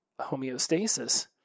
homeostasis